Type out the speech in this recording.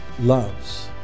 loves